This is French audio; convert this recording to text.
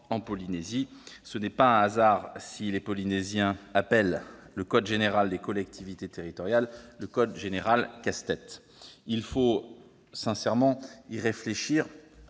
en Polynésie. Ce n'est pas un hasard si les Polynésiens appellent le code général des collectivités territoriales, le CGCT, le code général « casse-tête »! Il faut y réfléchir